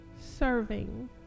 serving